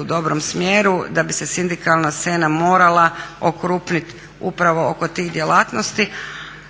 u dobrom smjeru, da bi se sindikalna scena morala okrupniti upravo oko tih djelatnosti.